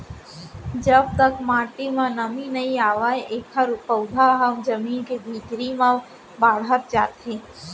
जब तक माटी म नमी नइ आवय एखर पउधा ह जमीन के भीतरी म बाड़हत जाथे